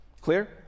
Clear